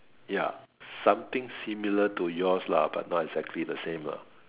ya something similar to yours lah but not exactly the same ah